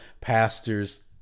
pastors